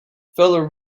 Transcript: feller